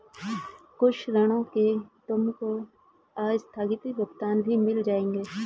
कुछ ऋणों पर तुमको आस्थगित भुगतान भी मिल जाएंगे